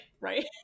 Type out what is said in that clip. Right